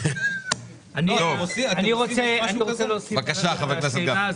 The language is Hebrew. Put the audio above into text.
אני רוצה להוסיף לשאלה הזאת.